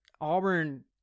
Auburn